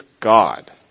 God